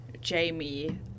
Jamie